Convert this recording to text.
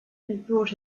brought